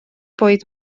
bwyd